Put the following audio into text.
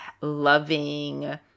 loving